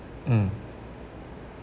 mm